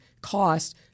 cost